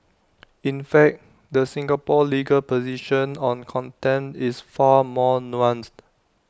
in fact the Singapore legal position on contempt is far more nuanced